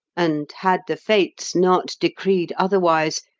and, had the fates not decreed otherwise,